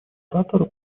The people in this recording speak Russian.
оратора